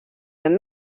then